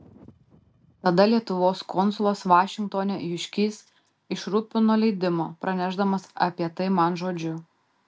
tada lietuvos konsulas vašingtone juškys išrūpino leidimą pranešdamas apie tai man žodžiu